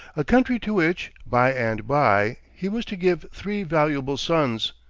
a country to which, by and by, he was to give three valuable sons.